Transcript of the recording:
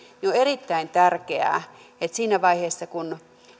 on erittäin tärkeää että siinä vaiheessa kun